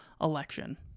election